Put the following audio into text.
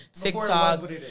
TikTok